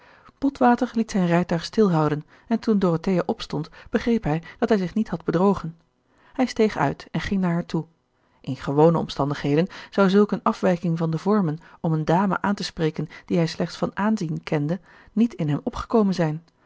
rijtuig stilhouden en toen dorothea opstond begreep hij dat hij zich niet had bedrogen hij steeg gerard keller het testament van mevrouw de tonnette uit en ging naar haar toe in gewone omstandigheden zou zulk eene afwijking van de vormen om eene dame aan te spreken die hij slechts van aanzien kende niet in hem opgekomen zijn